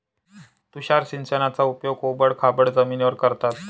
तुषार सिंचनाचा उपयोग ओबड खाबड जमिनीवर करतात